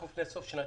אנחנו לפני סוף שנת